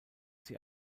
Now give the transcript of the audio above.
sie